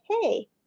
Hey